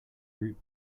group